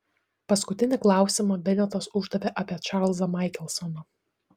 paskutinį klausimą benetas uždavė apie čarlzą maikelsoną